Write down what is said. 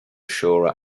ashore